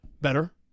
better